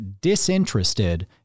disinterested